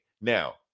Now